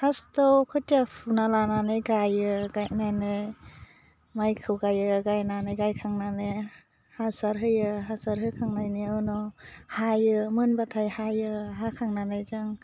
फास्टाव खोथिया फुना लानानै गायो गायनानै मायखौ गायो गायनानै गायखांनानै हासार होयो हासार होखांनायनि उनाव हायो मोनबाथाय हायो हाखांनानै जों